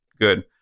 good